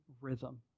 rhythm